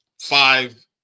five